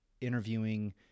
interviewing